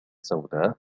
سوداء